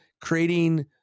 creating